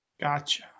Gotcha